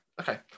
okay